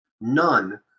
none